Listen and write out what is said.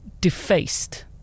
defaced